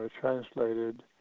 translated